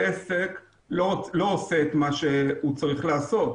העסק לא עושה את מה שהוא צריך לעשות.